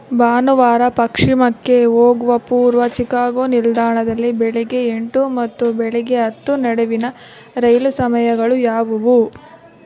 ಭಾನುವಾರ ಪಶ್ಚಿಮಕ್ಕೆ ಹೋಗುವ ಪೂರ್ವ ಚಿಕಾಗೋ ನಿಲ್ದಾಣದಲ್ಲಿ ಬೆಳಗ್ಗೆ ಎಂಟು ಮತ್ತು ಬೆಳಗ್ಗೆ ಹತ್ತು ನಡುವಿನ ರೈಲು ಸಮಯಗಳು ಯಾವುವು